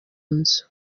nzu